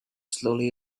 slowly